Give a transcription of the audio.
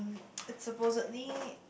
it's supposedly